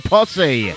Posse